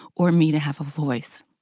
or me to have a voice.